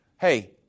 Hey